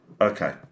Okay